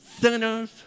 sinners